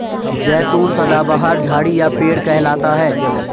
जैतून सदाबहार झाड़ी या पेड़ कहलाता है